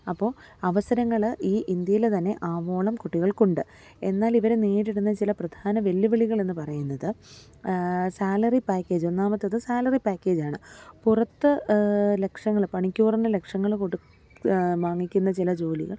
അപ്പോൾ അവസരങ്ങൾ ഈ ഇന്ത്യയിൽ തന്നെ ആവോളം കുട്ടികൾക്കുണ്ട് എന്നാൽ ഇവരെ നേരിടുന്ന ചില പ്രധാന വെല്ലുവിളികൾ എന്നു പറയുന്നത് സാലറി പാക്കേജ് ഒന്നാമത്തത് സാലറി പാക്കേജാണ് പുറത്തു ലക്ഷങ്ങൾ മണിക്കൂറിനു ലക്ഷങ്ങൾ കൊടുത്തു വാങ്ങിക്കുന്ന ചില ജോലികൾ